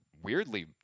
Weirdly